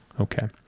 Okay